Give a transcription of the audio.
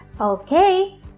Okay